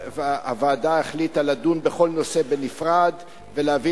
הוועדה החליטה לדון בכל נושא בנפרד ולהביא